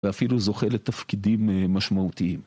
ואפילו זוכה לתפקידים משמעותיים.